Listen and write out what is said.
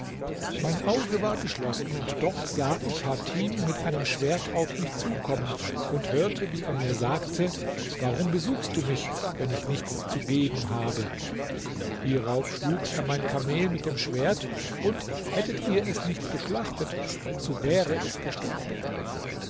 mein auge war geschlossen und doch sah ich hatim mit einem schwert auf mich zukommen und hörte wie er mir sagte warum besuchst du mich wenn ich nichts zu geben habe hierauf schlug er mein kamel mit dem schwert und hättet ihr es nicht geschlachtet so wäre es gestorbene